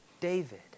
David